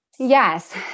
Yes